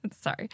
Sorry